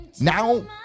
Now